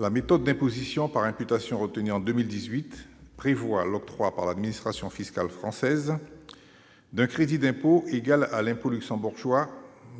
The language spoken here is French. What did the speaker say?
La méthode d'imposition par imputation retenue en 2018 prévoit l'octroi par l'administration fiscale française d'un crédit d'impôt, qui est égal à l'impôt luxembourgeois,